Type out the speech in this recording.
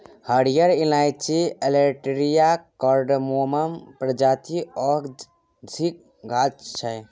हरियर इलाईंची Elettaria cardamomum प्रजातिक औषधीक गाछ छै